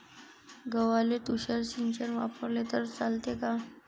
गव्हाले तुषार सिंचन वापरले तर चालते का?